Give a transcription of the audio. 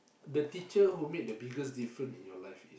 the teacher who made the biggest different in your life